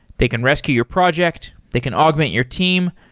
they can rescue your project. they can augment your team.